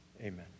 amen